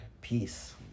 Peace